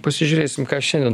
pasižiūrėsim ką šiandien